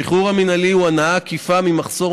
השחרור המינהלי הוא הנאה עקיפה ממחסור